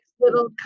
little